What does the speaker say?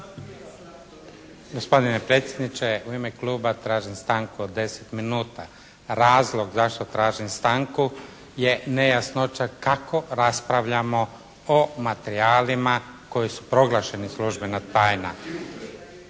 Gospodine predsjedniče, u ime kluba tražim stanku od 10 minuta. Razlog zašto tražim stanku je nejasnoća kako raspravljamo o materijalima koji su proglašeni: "službena tajna".